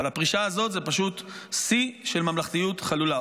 אבל הפרישה הזאת זה פשוט שיא של ממלכתיות חלולה.